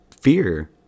Fear